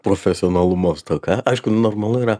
profesionalumo stoka aišku normalu yra